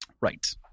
Right